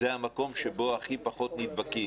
זה המקום שבו הכי פחות נדבקים.